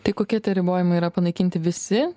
tai kokie tie ribojimai yra panaikinti visi